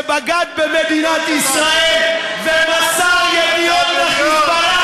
שבגד במדינת ישראל ומסר ידיעות ל"חיזבאללה".